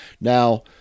now